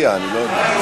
אולי נפתיע, אני לא יודע.